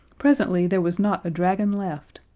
presently there was not a dragon left.